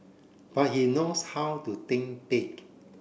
but he knows how to think big